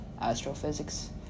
Astrophysics